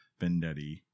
Vendetti